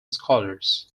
scholars